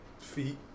feet